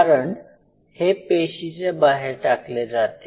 कारण हे पेशीच्या बाहेर टाकले जाते